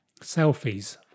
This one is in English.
Selfies